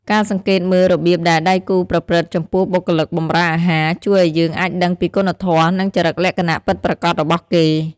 ការសង្កេតមើលរបៀបដែលដៃគូប្រព្រឹត្តចំពោះបុគ្គលិកបម្រើអាហារ ជួយឱ្យយើងអាចដឹងពីគុណធម៌ និងចរិតលក្ខណៈពិតប្រាកដរបស់គេ។